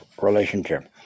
relationship